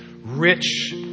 Rich